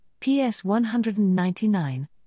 PS199